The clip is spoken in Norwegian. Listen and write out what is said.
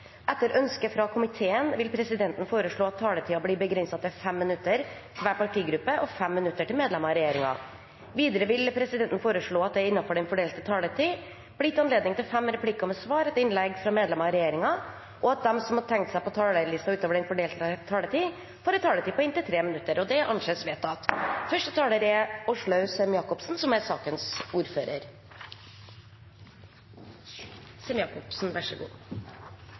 Etter ønske fra familie- og kulturkomiteen vil presidenten foreslå at taletiden blir begrenset til 5 minutter til hver partigruppe og 5 minutter til medlemmer av regjeringen. Videre vil presidenten foreslå at det – innenfor den fordelte taletid – blir gitt anledning til fem replikker med svar etter innlegg fra medlemmer av regjeringen, og at de som måtte tegne seg på talerlisten utover den fordelte taletid, får en taletid på inntil 3 minutter. – Det anses vedtatt. På en dag som